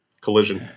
collision